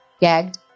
Gagged